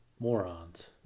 Morons